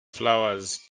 flowers